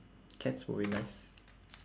cats will be nice